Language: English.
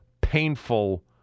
painful